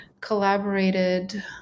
collaborated